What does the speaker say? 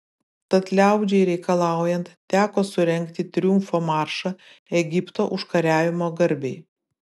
tad liaudžiai reikalaujant teko surengti triumfo maršą egipto užkariavimo garbei